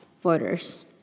voters